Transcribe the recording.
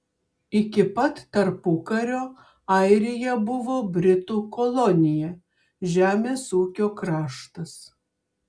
iki pat tarpukario airija buvo britų kolonija žemės ūkio kraštas